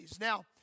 Now